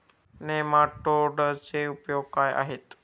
नेमाटोडचे उपयोग काय आहेत?